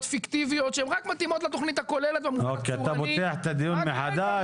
פיקטיביות שהן רק מתאימות לתכנית הכוללת --- אתה פותח את הדיון מחדש.